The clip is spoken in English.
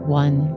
one